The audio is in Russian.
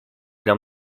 для